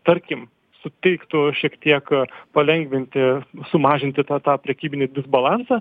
tarkim suteiktų šiek tiek palengvinti sumažinti tą tą prekybinį disbalansą